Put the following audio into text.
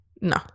No